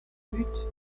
but